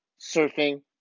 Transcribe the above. surfing